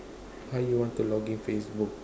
how you want to log in Facebook